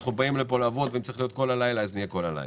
אנחנו באים לפה לעבוד ואם צריך להיות כל הלילה נהיה גם כל הלילה,